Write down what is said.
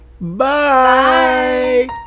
Bye